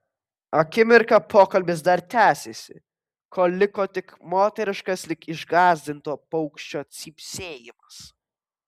akimirką pokalbis dar tęsėsi kol liko tik moteriškas lyg išgąsdinto paukščio cypsėjimas